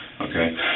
okay